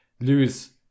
lose